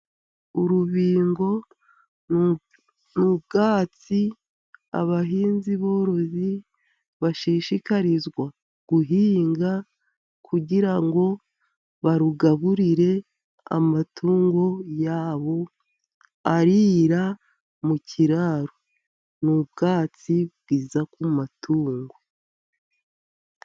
Urubingo ni ubwatsi abahinzi borozi bashishikarizwa guhinga kugira ngo barugaburire amatungo yabo aririra mu kiraro. Ni ubwatsi bwiza ku matungo.